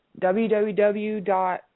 www